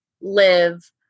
live